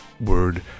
word